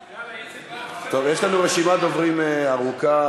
יאללה, איציק, טוב, יש לנו רשימת דוברים ארוכה.